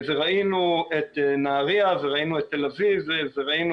ראינו את נהריה וראינו את תל אביב וראינו